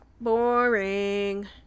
Boring